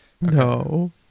No